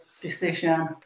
decision